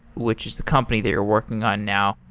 which is the company that you're working on now.